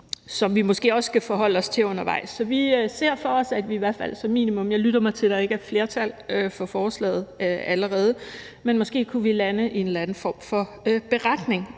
som vi måske også skal forholde os til undervejs. Så vi ser for os, at vi i hvert fald som minimum – jeg lytter mig til, at der ikke er flertal for forslaget – måske på en eller anden måde kunne lande en beretning